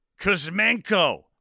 Kuzmenko